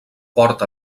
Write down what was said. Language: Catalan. porta